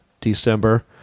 December